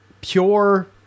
pure